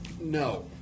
No